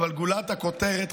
אבל גולת הכותרת,